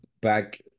back